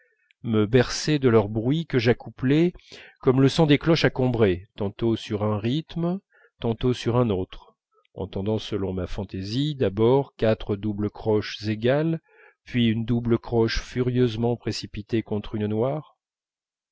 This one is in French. me berçaient de leurs bruits que j'accouplais comme le son des cloches à combray tantôt sur un rythme tantôt sur un autre entendant selon ma fantaisie d'abord quatre doubles croches égales puis une double croche furieusement précipitée contre une noire